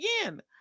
again